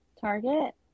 Target